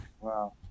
Wow